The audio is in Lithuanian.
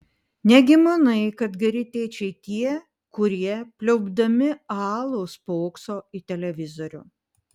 negi manai kad geri tėčiai tie kurie pliaupdami alų spokso į televizorių